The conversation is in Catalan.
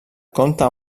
compta